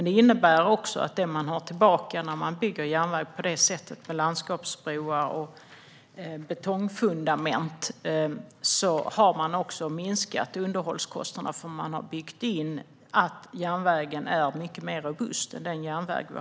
Det man får tillbaka när man bygger på det sättet, med landskapsbroar och betongfundament, är minskade underhållskostnader eftersom järnvägen byggs mer robust än dagens järnväg.